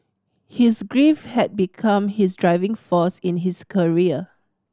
his grief had become his driving force in his career